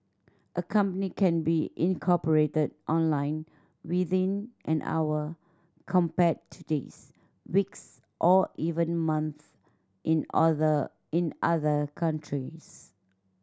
a company can be incorporated online within an hour compared to days weeks or even months in other in other countries